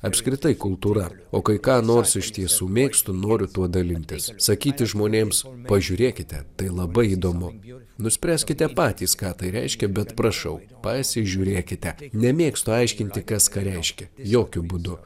apskritai kultūra o kai ką nors iš tiesų mėgstu noriu tuo dalintis sakyti žmonėms pažiūrėkite tai labai įdomu nuspręskite patys ką tai reiškia bet prašau pasižiūrėkite nemėgstu aiškinti kas ką reiškia jokiu būdu